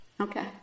Okay